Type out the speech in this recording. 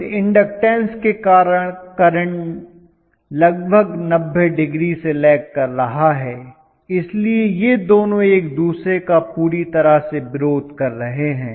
शुद्ध इन्डक्टन्स के कारण करंट लगभग 90 डिग्री से लैग कर रहा है इसलिए ये दोनों एक दूसरे का पूरी तरह से विरोध कर रहे हैं